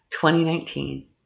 2019